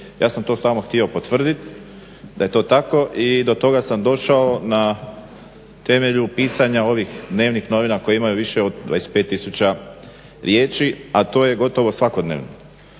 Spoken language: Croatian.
Ja sam to samo htio potvrditi da je to tako i do toga sam došao na temelju pisanja ovih dnevnih novina koji imaju više od 25000 riječi, a to je gotovo svakodnevno.